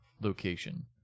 location